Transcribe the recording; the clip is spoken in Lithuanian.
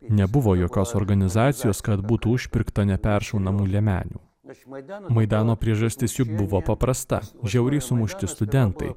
nebuvo jokios organizacijos kad būtų išpirkta neperšaunamų liemenių maidano priežastis juk buvo paprasta žiauriai sumušti studentai